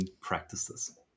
practices